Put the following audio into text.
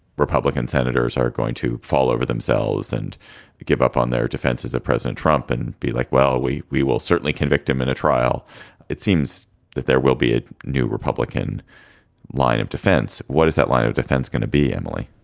republican senators are going to fall over themselves and give up on their defenses of president trump and be like, well, we we will certainly convict convict him in a trial it seems that there will be a new republican line of defense. what is that line of defense going to be, emily?